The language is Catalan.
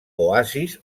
oasis